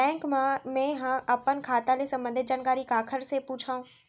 Bank मा मैं ह अपन खाता ले संबंधित जानकारी काखर से पूछव?